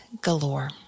galore